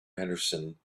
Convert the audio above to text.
henderson